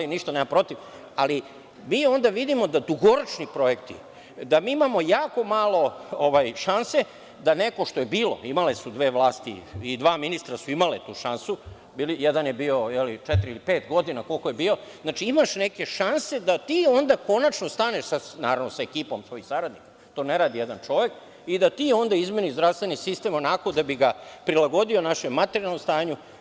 U redu, nemam ništa protiv, ali mi onda vidimo da dugoročni projekti, da mi imamo jako malo šanse da nekada kao što je bilo, imale su dve vlasti i dva ministra su imali tu šansu, jedan je bio četiri ili pet godina, koliko je bio, znači, imaš neke šanse da ti onda konačno staneš, naravno sa ekipom svojih saradnika, to ne radi jedna čovek, i da ti onda izmeniš zdravstveni sistem onako da bi ga prilagodio našem materijalnom stanju.